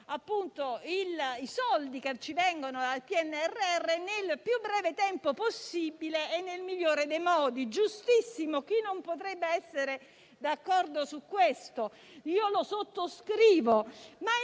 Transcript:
investire i soldi che ci vengono dal PNRR nel più breve tempo possibile e nel migliore dei modi. È giustissimo, chi potrebbe non essere d'accordo su questo? Lo sottoscrivo,